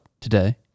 today